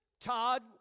Todd